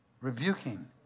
rebuking